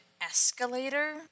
escalator